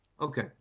Okay